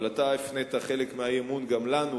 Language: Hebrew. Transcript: אבל אתה הפנית חלק מהאי-אמון גם אלינו,